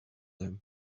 him